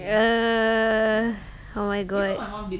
err oh my god